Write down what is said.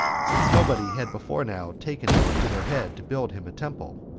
since nobody had before now taken it into their head to build him a temple,